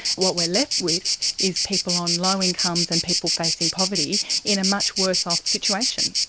what we're left with is people on low incomes and people facing poverty in a much worse-off situation.